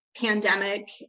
pandemic